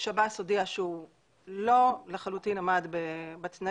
שב"ס הודיע שהוא לא לחלוטין עמד בתנאים.